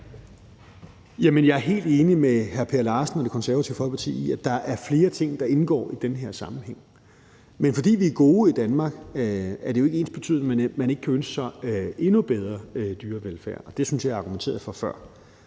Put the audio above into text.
Jeg er helt enig med Per Larsen og Det Konservative Folkeparti i, at der er flere ting, der indgår i den her sammenhæng. Men fordi vi er gode i Danmark, er det jo ikke ensbetydende med, at man ikke kan ønske sig en endnu bedre dyrevelfærd. Det synes jeg at jeg argumenterede for før.